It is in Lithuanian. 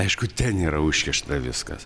aišku ten yra užkišta viskas